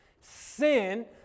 Sin